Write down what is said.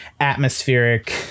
atmospheric